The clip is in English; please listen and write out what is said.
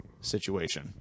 situation